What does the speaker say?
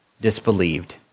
disbelieved